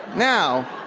now,